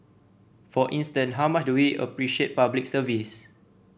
for instance how much do we appreciate Public Service